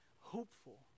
hopeful